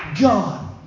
God